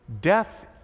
death